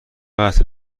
قطع